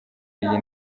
y’iyi